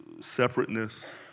separateness